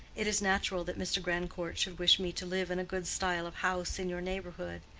it is natural that mr. grandcourt should wish me to live in a good style of house in your neighborhood,